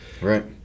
Right